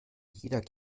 jeder